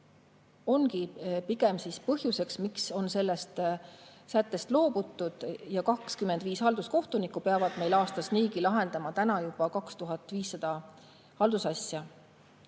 ongi pigem põhjuseks, miks on sellest sättest loobutud. 25 halduskohtunikku peavad aastas niigi lahendama juba 2500 haldusasja.